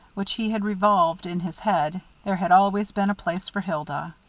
which he had revolved in his head, there had always been a place for hilda.